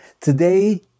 today